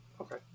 Okay